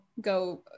go